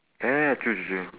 ya ya true true true